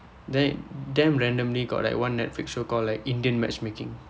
then damn randomly got like one netflix show called like indian matchmaking